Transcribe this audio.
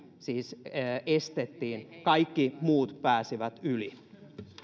siis kahteenkymmeneenneljään estettiin ja kaikki muut pääsivät yli